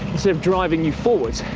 instead of driving you forwards.